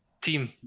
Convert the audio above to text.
team